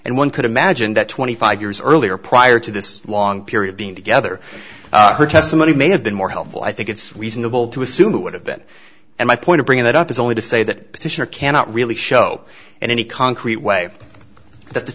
and one could imagine that twenty five years earlier prior to this long period being together her testimony may have been more helpful i think it's reasonable to assume it would have been and my point of bringing that up is only to say that petitioner cannot really show in any concrete way that the